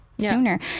sooner